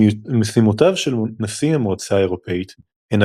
משימותיו של נשיא המועצה האירופית הן